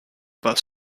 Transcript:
bus